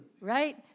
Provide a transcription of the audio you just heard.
right